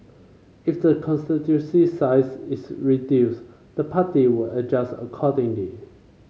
if the constituency's size is reduced the party would adjust accordingly